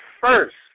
first